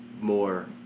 more